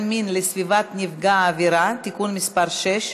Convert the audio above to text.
מין לסביבת נפגע העבירה (תיקון מס' 6),